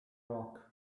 rock